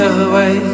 away